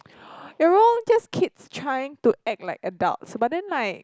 they are all just kids trying to act like adults but then like